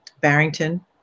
Barrington